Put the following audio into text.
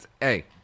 Hey